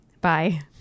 bye